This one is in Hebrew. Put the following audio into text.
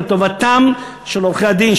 לטובתם של עורכי-הדין,